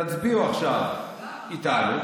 תצביעו עכשיו איתנו,